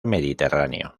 mediterráneo